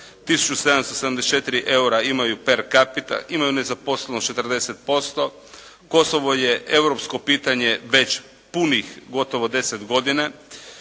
1774 EUR-a imaju per capita. Imaju nezaposlenost 40%. Kosovo je europsko pitanje već punih gotovo 10 godina.